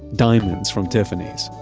diamonds, from tiffany's,